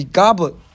goblet